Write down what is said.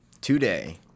today